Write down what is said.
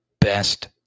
best